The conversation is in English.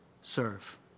serve